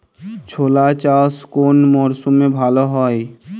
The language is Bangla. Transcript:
ছোলা চাষ কোন মরশুমে ভালো হয়?